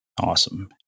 Awesome